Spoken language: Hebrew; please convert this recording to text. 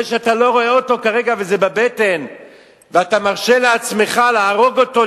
זה שאתה לא רואה אותו כרגע וזה בבטן ואתה מרשה לעצמך להרוג אותו,